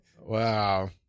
Wow